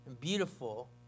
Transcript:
beautiful